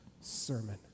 sermon